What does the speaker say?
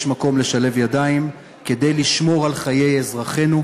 יש מקום לשלב ידיים כדי לשמור על חיי אזרחינו,